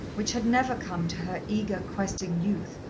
which had never come to her eager, questing youth,